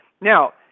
Now